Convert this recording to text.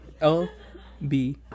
L-B